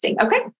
Okay